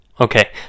Okay